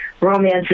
romance